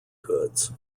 goods